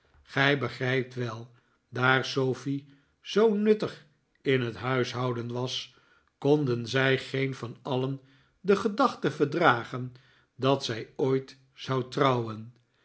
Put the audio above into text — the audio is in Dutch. gij begrijpt wel daar sofie zoo nuttig in het huishouden was konden zij geen van alien de gedachte verdragen dat zij ooit zou trouwen